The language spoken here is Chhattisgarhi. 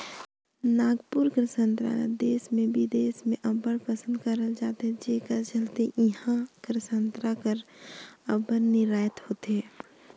नागपुर कर संतरा ल देस में बिदेस में अब्बड़ पसंद करल जाथे जेकर चलते इहां कर संतरा कर अब्बड़ निरयात होथे